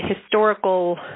historical